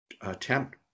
attempt